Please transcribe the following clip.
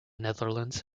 netherlands